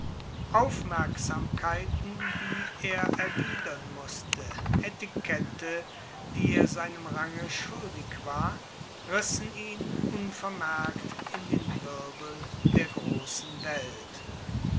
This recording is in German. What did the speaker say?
aufmerksamkeiten die er erwidern mußte etikette die er seinem range schuldig war rissen ihn unvermerkt in den wirbel der großen welt